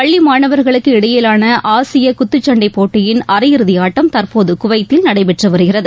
பள்ளி மாணவர்களுக்கு இடையிலான ஆசிய குத்துச்சண்டை போட்டியின் அரையிறுதி ஆட்டம் தற்போது குவைத்தில் நடைபெற்று வருகிறது